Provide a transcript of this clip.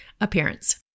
Appearance